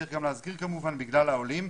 צריך גם להזכיר כמובן, בגלל העולים.